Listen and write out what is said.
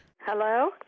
Hello